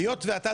היות ואתה,